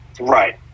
Right